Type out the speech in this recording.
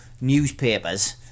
newspapers